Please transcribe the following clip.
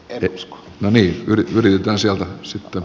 eriusko moni rikas ja ei